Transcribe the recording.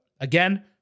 again